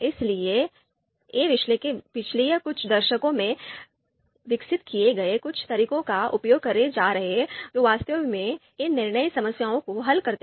इसलिए ये विश्लेषक पिछले कुछ दशकों में विकसित किए गए कुछ तरीकों का उपयोग करने जा रहे हैं जो वास्तव में इन निर्णय समस्याओं को हल करते हैं